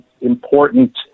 important